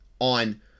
on